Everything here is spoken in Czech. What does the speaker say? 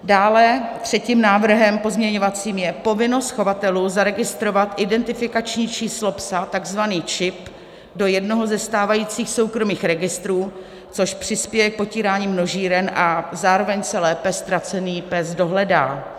Dále, třetím pozměňovacím návrhem je povinnost chovatelů zaregistrovat identifikační číslo psa, takzvaný čip, do jednoho ze stávajících soukromých registrů, což přispěje k potírání množíren, a zároveň se lépe ztracený pes dohledá.